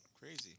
Crazy